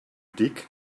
dig